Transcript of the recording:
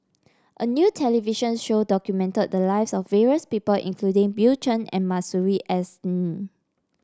a new television show documented the lives of various people including Bill Chen and Masuri S N